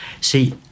See